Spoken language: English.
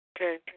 Okay